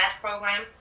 program